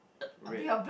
red